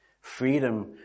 freedom